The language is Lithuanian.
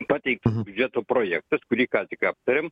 pateiktas biudžeto projektas kurį ką tik aptarėm